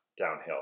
downhill